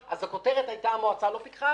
אז הכותרת הייתה "המועצה לא פיקחה".